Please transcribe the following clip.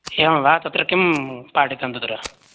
एवं वा तत्र किं पाठितं तत्र